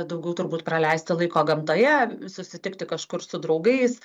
daugiau turbūt praleisti laiko gamtoje susitikti kažkur su draugais